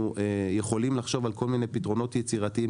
אנחנו יכולים לחשוב על כל מיני פתרונות יצירתיים